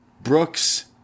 Brooks